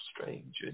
strange